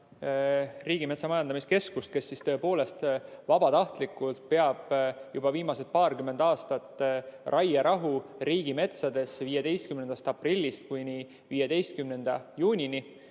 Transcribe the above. Riigimetsa Majandamise Keskust, kes tõepoolest vabatahtlikult peab juba viimased paarkümmend aastat riigimetsades 15. aprillist kuni 15. juunini